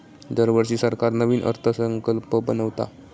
दरवर्षी सरकार नवीन अर्थसंकल्प बनवता